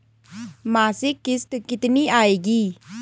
मासिक किश्त कितनी आएगी?